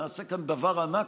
נעשה כאן דבר ענק,